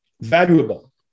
valuable